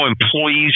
employees